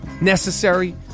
necessary